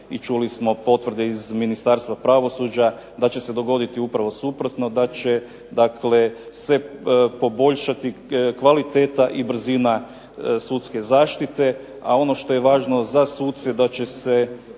i čuli smo potvrde iz Ministarstva pravosuđa da će se dogoditi upravo suprotno, da će se poboljšati kvaliteta i brzina sudske zaštite. A ono što je važno za suce da će se